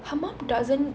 her mum doesn't